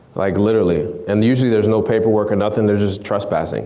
like literally and usually there's no paperwork or nothin, they're just trespassing